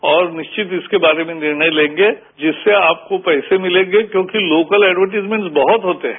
और निश्चित ही इसके बारे में निर्णय लेंगे जिससे आपको पैसे मिलेंगे क्योंकि लोकल एडवर्टाइजमेंट बहुत होते हैं